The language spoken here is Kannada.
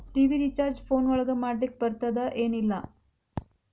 ಟಿ.ವಿ ರಿಚಾರ್ಜ್ ಫೋನ್ ಒಳಗ ಮಾಡ್ಲಿಕ್ ಬರ್ತಾದ ಏನ್ ಇಲ್ಲ?